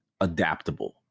adaptable